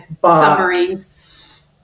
Submarines